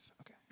Okay